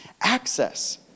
access